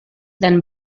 then